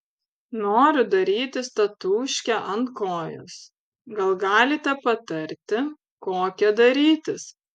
noriu darytis tatūškę ant kojos gal galite patarti kokią darytis